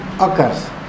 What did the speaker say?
occurs